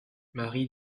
marie